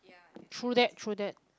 true that true that